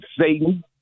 Satan